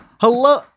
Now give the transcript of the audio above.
Hello